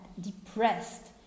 depressed